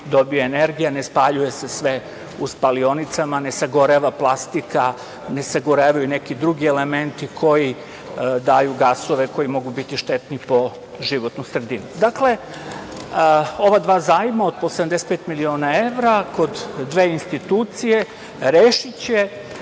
dobija energija, ne spaljuje se sve u spalionicama, ne sagoreva plastika, ne sagorevaju neki drugi elementi koji daju gasove koji mogu biti štetni po životnu sredinu. Ova dva zajma od po 75 miliona evra kod dve institucije rešiće